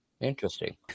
interesting